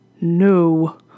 No